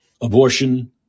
abortion